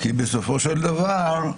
כי בסופו של דבר,